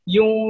Yung